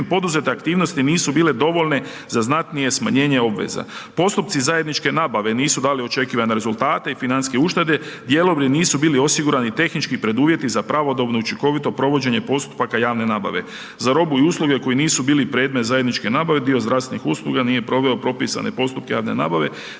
poduzete aktivnosti nisu bile dovoljne za znatnije smanjenje obveza. Postupci zajedničke nabave nisu dali očekivane rezultate i financijske uštede, .../Govornik se ne razumije./... nisu bili osigurani tehnički preduvjeti za pravodobno i učinkovito provođenje postupaka javne nabave. Za robu i usluge koji nisu bili predmet zajedničke nabave dio zdravstvenih usluga nije proveo propisane postupke javne nabave